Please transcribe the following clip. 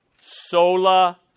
Sola